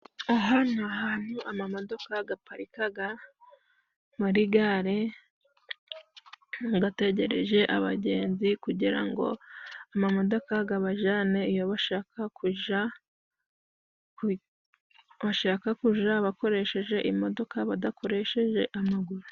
Aha ni ahantu amamodoka gaparikaga muri gare gategereje abagenzi, kugira ngo, amamodoka gabajane aho bashaka kuja, bashaka kuja bakoresheje imodoka, badakoresheje amaguru.